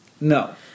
No